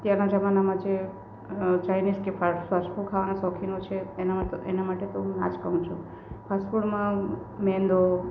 અત્યારના જમાનામાં જે ચાઈનીઝ કે પાસ્તા શું ખાવાના શોખીનો છે એના માટે તો ના જ કહું છું ફાસ્ટફૂડમાં મેંદો